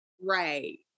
Right